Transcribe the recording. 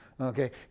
Okay